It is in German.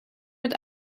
mit